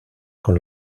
con